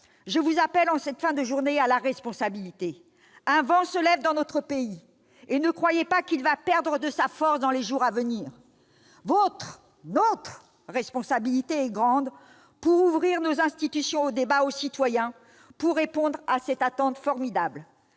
je vous appelle, en cette fin de journée, à la responsabilité. Un vent se lève dans notre pays, et ne croyez pas qu'il va perdre de sa force dans les jours à venir. Votre responsabilité, notre responsabilité est grande pour ouvrir nos institutions au débat, aux citoyens, pour répondre à cette attente formidable.